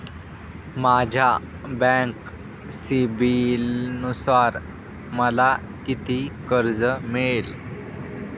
माझ्या बँक सिबिलनुसार मला किती कर्ज मिळेल?